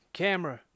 camera